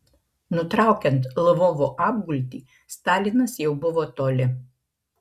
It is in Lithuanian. nutraukiant lvovo apgultį stalinas jau buvo toli